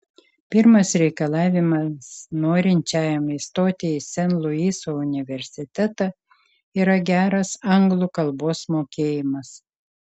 pirmas reikalavimas norinčiajam įstoti į sen luiso universitetą yra geras anglų kalbos mokėjimas